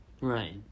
Right